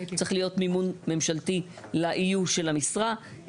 צריך להיות מימון ממשלתי לאיוש של המשרה.